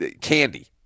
candy